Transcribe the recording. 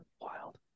wild